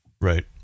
Right